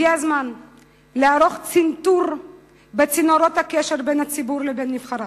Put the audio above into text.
הגיע הזמן לערוך צנתור בצינורות הקשר בין הציבור ובין נבחריו.